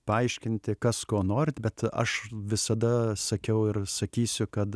paaiškinti kas ko norit bet aš visada sakiau ir sakysiu kad